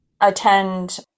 attend